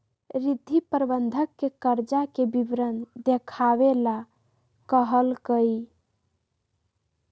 रिद्धि प्रबंधक के कर्जा के विवरण देखावे ला कहलकई